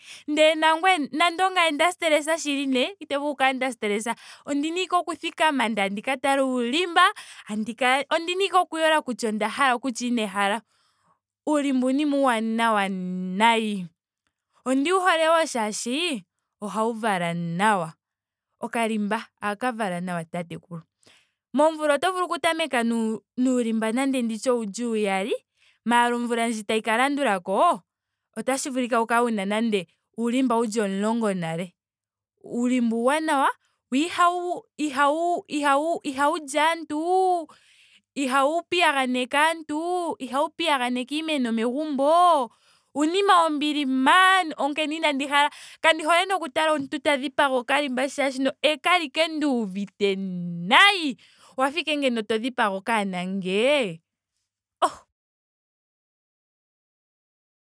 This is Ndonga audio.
Ndee nangweye. nenge ongame nda stress shili nee. ite vulu ku kala nda stress. ondina ashike oku thikama ndele tandi ka tala uulimba. tandi ondina ashike oku yola kutya onda hala nenge inandi hala. Uulimba uunima uuwanawa nayi. Ondi wu hole wo molwaashoka ohau vala nawa. Okalimba ohaka vala nawa tatekulu. Momvula oto vulu tameka nuulimba nando nditye ouli uyali. Maara momvula ndji tayi landulako oto vulu u kale nuulimba uli nando omulongo nale. Uulimba uuwanawa. wo ihawu ihawu ihawu li aantu. ihau piyaganeke aantu. ihau piyaganeke iimeno megumbo. uunima wombili maan. Onkene inandi hala. kandi hole nokutala omuntu ta dhipaga okalimba molwaashoka ohandi kala ashike nduuvite nayi. Owa fa ashike to dhipaga okanona ngee. Oh